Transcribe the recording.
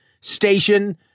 station